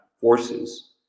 forces